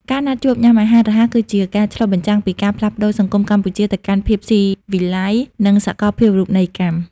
ការណាត់ជួបញ៉ាំអាហាររហ័សគឺជាការឆ្លុះបញ្ចាំងពីការផ្លាស់ប្ដូរសង្គមកម្ពុជាទៅកាន់ភាពស៊ីវិល័យ និងសកលភាវូបនីយកម្ម។